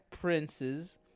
princes